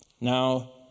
Now